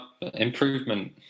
Improvement